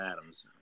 Adams